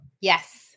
Yes